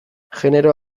genero